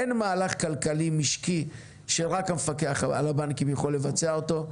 אין מהלך כלכלי משקי שרק המפקח על הבנקים יכול לבצע אותו,